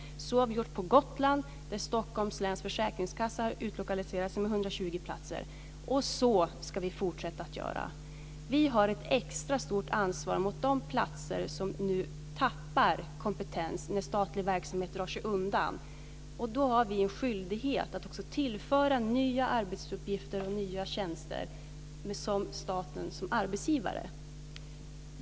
Så har vi gjort på Gotland, dit Stockholms läns försäkringskassa har utlokaliserats med 120 platser. Och så ska vi fortsätta att göra. Vi har ett extra stort ansvar för de platser som nu tappar kompetens när statlig verksamhet drar sig undan. Då har vi en skyldighet att också tillföra nya arbetsuppgifter och nya tjänster med staten som arbetsgivare.